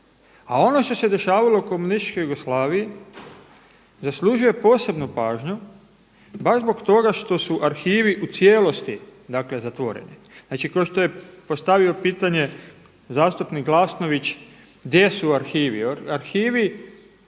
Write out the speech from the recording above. A ono što se dešavalo u komunističkoj Jugoslaviji, zaslužuje posebnu pažnju baš zbog toga što su arhivi u cijelosti zatvoreni. Znači kao što je postavio pitanje zastupnik Glasnović, gdje su arhivi,